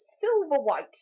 silver-white